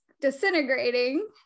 disintegrating